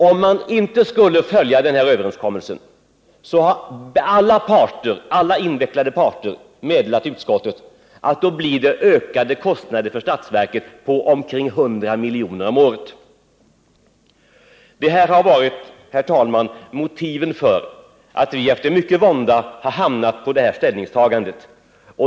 Alla inblandade parter har meddelat utskottet att det, om man inte skulle följa denna överenskommelse, blir ökade kostnader på omkring 100 milj.kr. om året. Detta har, herr talman, varit motiven för att vi efter mycken vånda har hamnat på vår ståndpunkt.